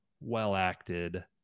well-acted